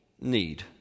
need